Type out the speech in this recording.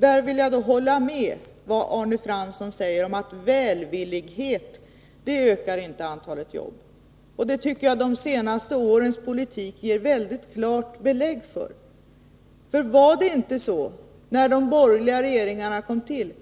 Där vill jag hålla med om vad Arne Fransson säger, att välvillighet inte ökar antalet jobb. Detta tycker jag de senaste årens politik ger väldigt klara belägg för. Var det inte så, när de borgerliga regeringarna kom till,